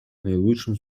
наилучшим